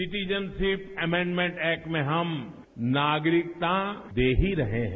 citizenship amendment act में हम नागरिकता दे ही रहे हैं